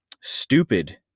stupid